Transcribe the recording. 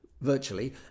virtually